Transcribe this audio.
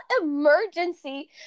emergency